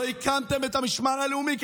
לא הקמתם את המשמר הלאומי.